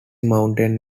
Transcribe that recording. mountain